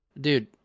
dude